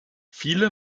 viele